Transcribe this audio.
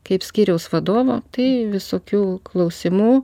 kaip skyriaus vadovo tai visokių klausimų